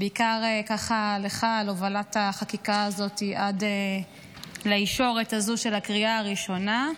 בעיקר לך על הובלת החקיקה הזאת עד לישורת הזו של הקריאה הראשונה.